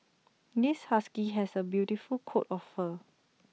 this husky has A beautiful coat of fur